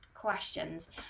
questions